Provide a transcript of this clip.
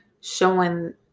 showing